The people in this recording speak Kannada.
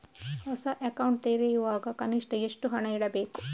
ಹೊಸ ಅಕೌಂಟ್ ತೆರೆಯುವಾಗ ಕನಿಷ್ಠ ಎಷ್ಟು ಹಣ ಇಡಬೇಕು?